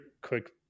quick